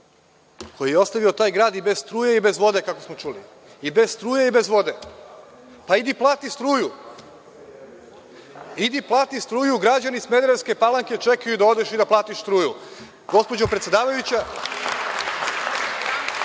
koji je ostavio taj grad i bez struje i bez vode, kako smo čuli. I bez struje i bez vode. Pa, idi plati struju. Idi plati struju, građani Smederevske Palanke čekaju da odeš i da platiš struju. Gospođo predsedavajuća,